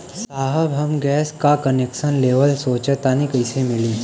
साहब हम गैस का कनेक्सन लेवल सोंचतानी कइसे मिली?